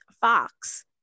Fox